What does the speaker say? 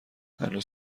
هنوز